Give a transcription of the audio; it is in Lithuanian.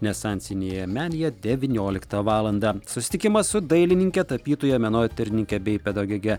nesansinėje menėje devynioliktą valandą susitikimas su dailininke tapytoja menotyrininke bei pedagoge